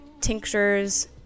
tinctures